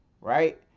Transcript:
right